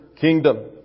kingdom